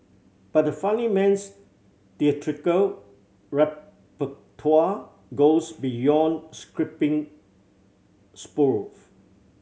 but the funnyman's theatrical repertoire goes beyond scripting spoof